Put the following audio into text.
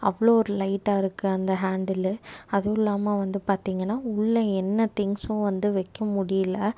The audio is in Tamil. அவ்வளோ ஒரு லைட்டாக இருக்கு அந்த ஹேண்டிலு அதுவும் இல்லாம வந்து பார்த்தீங்கன்னா உள்ளே என்ன திங்ஸும் வந்து வைக்க முடியிலை